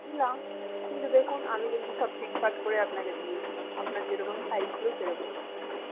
ছিলাম কিন্তু দেখুন আমি কিন্তু সব ফিট ফাট করে আপনাকে দিয়েছিলাম আপনার যেরকম সাইজ ছিলো সেরকমই